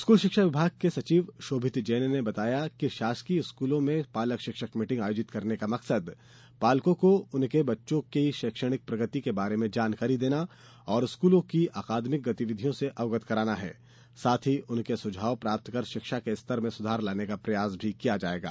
school शिक्षा विभाग के सचिव शोभित जैन ने बताया है कि शासकीय स्कूलों में पालक शिक्षक मीटिंग आयोजित करने का मकसद पालकों को उनके बच्चों की शैक्षणिक प्रगति के बारे में जानकारी देना और स्कूल की अकादमी गतिविधियों से अवगत कराना है साथ ही उनके सुझाव प्राप्त कर शिक्षा के स्तर में सुधार लाने का प्रयास भी किया जायेगा